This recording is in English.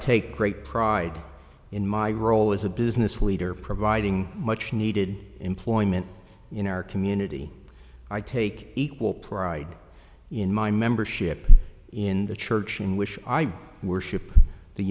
take great pride in my role as a business leader providing much needed employment in our community i take equal pride in my membership in the church in wish i were ship the